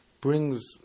brings